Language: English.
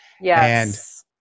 yes